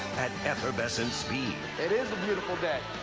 at effervescent speed. it is a beautiful day.